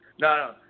No